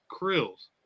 Krill's